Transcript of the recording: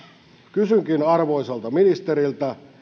kysynkin arvoisalta ministeriltä